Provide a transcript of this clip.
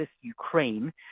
Ukraine